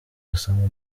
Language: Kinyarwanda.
ugasanga